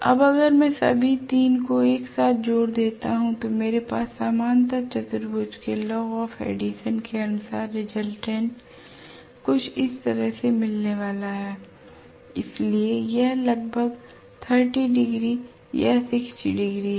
अब अगर मैं सभी 3 को एक साथ जोड़ देता हूं तो मेरे पास समांतर चतुर्भुज के ला ऑफ एडिशन के अनुसार रिजल्टेंट कुछ इस तरह होने वाला है इसलिए यह लगभग 30 डिग्री या 60 डिग्री है